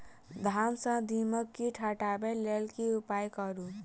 धान सँ दीमक कीट हटाबै लेल केँ उपाय करु?